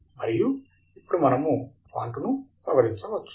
మరియు ఇప్పుడు మనము ఫాంట్ను సవరించవచ్చు